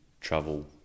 travel